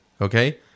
okay